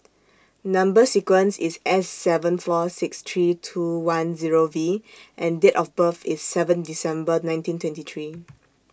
Number sequence IS S seven four six three two one Zero V and Date of birth IS seven December nineteen twenty three